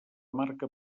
marca